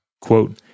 Quote